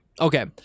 Okay